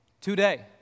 today